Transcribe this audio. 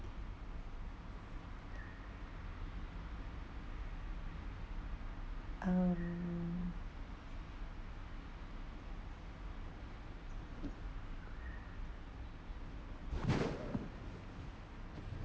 mm